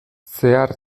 zehar